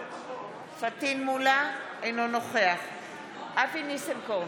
אינו נוכח אבי ניסנקורן,